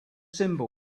symbols